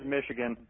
Michigan